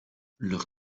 leur